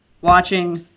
watching